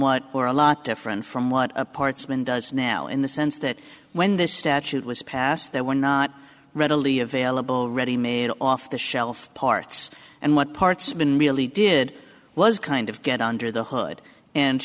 what were a lot different from what parts mn does now in the sense that when this statute was passed there were not readily available ready made off the shelf parts and what parts been really did was kind of get under the hood and